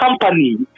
company